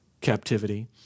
captivity